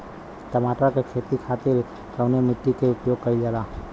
टमाटर क खेती खातिर कवने मिट्टी के उपयोग कइलजाला?